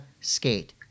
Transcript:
Skate